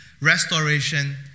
restoration